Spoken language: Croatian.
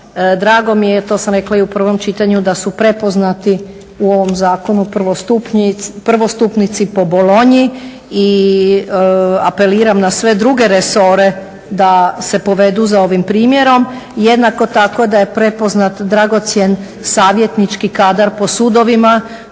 Drago mi je to sam rekla i u prvom čitanju da su prepoznati u ovom zakonu prvostupnici po bolonji i apeliram na sve druge resore da se povedu za ovim primjerom jednako tako da je prepoznat dragocjen savjetnički kadar po sudovima